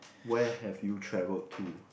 where have you travelled to